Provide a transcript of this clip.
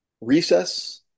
Recess